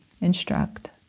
instruct